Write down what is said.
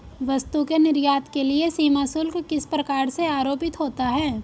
वस्तु के निर्यात के लिए सीमा शुल्क किस प्रकार से आरोपित होता है?